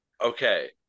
Okay